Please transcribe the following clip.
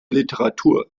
literatur